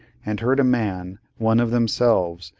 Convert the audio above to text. and heard a man, one of themselves,